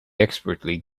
expertly